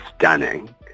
stunning